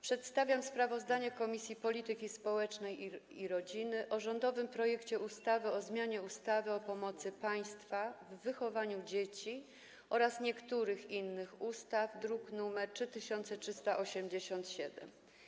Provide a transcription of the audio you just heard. Przedstawiam sprawozdanie Komisji Polityki Społecznej i Rodziny o rządowym projekcie ustawy o zmianie ustawy o pomocy państwa w wychowywaniu dzieci oraz niektórych innych ustaw, druk nr 3387.